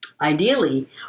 Ideally